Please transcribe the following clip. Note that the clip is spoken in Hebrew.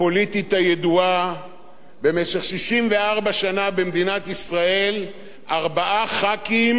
במשך 64 שנה במדינת ישראל ארבעה ח"כים היו שווים שר אחד,